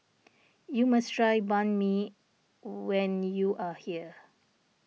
you must try Banh Mi when you are here